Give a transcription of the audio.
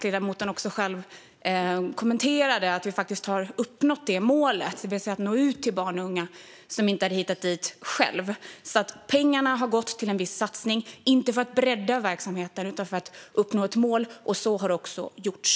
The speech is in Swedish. Ledamoten kommenterade ju själv att vi faktiskt har uppnått det målet, det vill säga att nå ut till barn och unga som inte hade hittat dit själva. Pengarna har alltså gått till en viss satsning inte för att bredda verksamheten utan för att uppnå ett mål, och så har också gjorts.